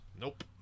Nope